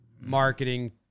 marketing